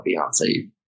Beyonce